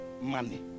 Money